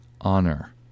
honor